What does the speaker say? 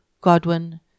Godwin